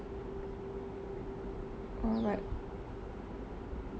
oh but